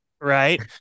right